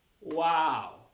Wow